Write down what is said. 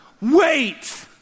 Wait